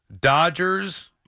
Dodgers